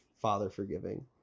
father-forgiving